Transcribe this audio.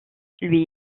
lui